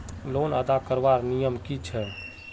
Loan अदा करवार नियम की छे?